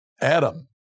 Adam